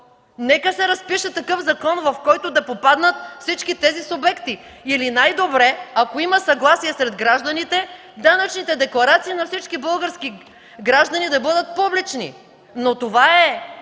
нека се разпише такъв закон, в който да попаднат всички тези субекти, или най-добре, ако има съгласие сред гражданите, данъчните декларации на всички български граждани да бъдат публични, но това е